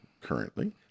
currently